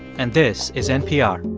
and this is npr